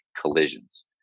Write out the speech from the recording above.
collisions